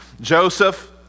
Joseph